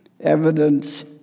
Evidence